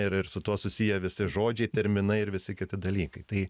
ir ir su tuo susiję visi žodžiai terminai ir visi kiti dalykai tai